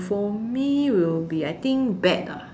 for me will be I think bat ah